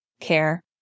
care